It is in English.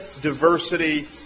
diversity